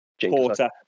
Porter